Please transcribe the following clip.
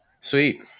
Sweet